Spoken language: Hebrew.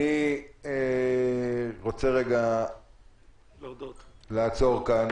אני רוצה לעצור כאן.